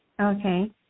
okay